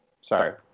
sorry